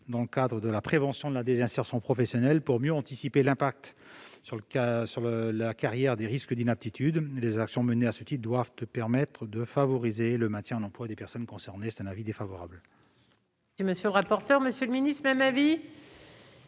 dans le cadre de la prévention de la désinsertion professionnelle, pour mieux anticiper l'impact sur la carrière des risques d'inaptitude. Les actions menées à ce titre doivent permettre de favoriser le maintien en emploi des personnes concernées. Par conséquent, la